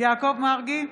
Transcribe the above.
יעקב מרגי,